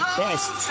best